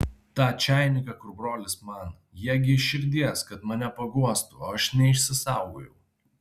tą čainiką kur brolis man jie gi iš širdies kad mane paguostų o aš neišsaugojau